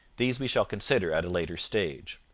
these we shall consider at a later stage.